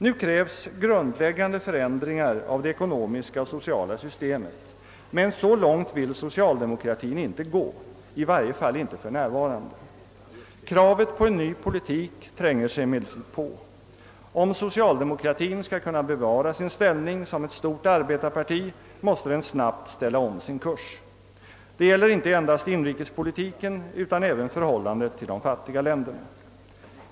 Nu krävs grundläggande förändringar av det ekonomiska och sociala systemet, men så långt vill socialdemokratien inte gå, i varje fall inte för närvarande. Kravet på en ny politik tränger sig emellertid på. Om socialdemokratien skall kunna bevara sin ställning som ett stort arbetarparti måste den snabbt ställa om sin kurs. Det gäller inte endast inrikespolitiken utan även förhållandet till de fattiga länderna.